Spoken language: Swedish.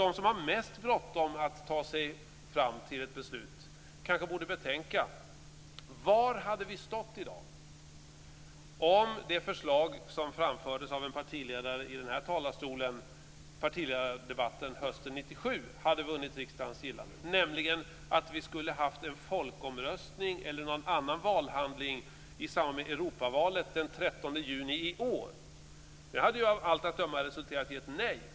De som har mest bråttom att ta sig fram till ett beslut kanske borde betänka var vi hade stått i dag om det förslag som framfördes av en partiledare i den här talarstolen i partiledardebatten hösten 1997 hade vunnit riksdagens gillande. Det innebar att vi skulle ha haft en folkomröstning eller någon annan valhandling i samband med Europavalet den 13 juni i år. Den hade ju av allt att döma resulterat i ett nej.